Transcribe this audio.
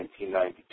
1992